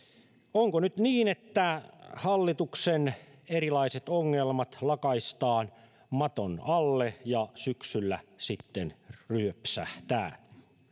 onko nyt niin että hallituksen erilaiset ongelmat lakaistaan maton alle ja syksyllä sitten ryöpsähtää